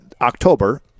October